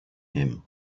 him